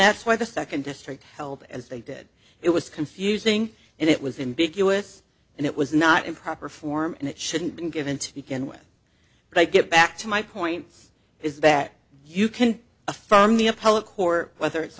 that's why the second district held as they did it was confusing and it was in big us and it was not in proper form and it shouldn't been given to begin with but i get back to my point is that you can affirm the appellate court whether it's